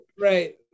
Right